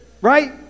Right